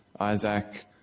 Isaac